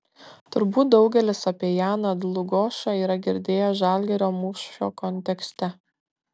turbūt daugelis apie janą dlugošą yra girdėję žalgirio mūšio kontekste